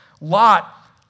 Lot